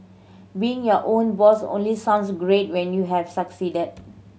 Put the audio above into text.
being your own boss only sounds great when you have succeeded